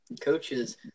coaches